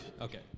Okay